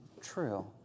true